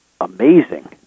amazing